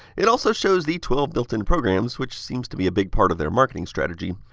it also shows the twelve built-in programs, which seems to be a big part of their marketing strategy.